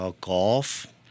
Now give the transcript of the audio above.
golf